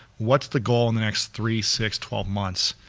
what's the goal in the next three, six, twelve months,